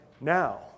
now